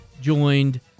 joined